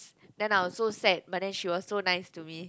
then I was so sad but she also nice to me